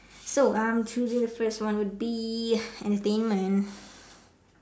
so I'm choosing the first one would be entertainment